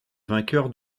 vainqueur